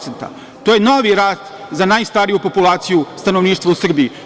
To je novi rast za najstariju populaciju stanovništva u Srbiji.